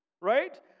Right